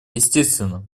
естественно